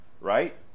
right